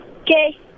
Okay